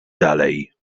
dalej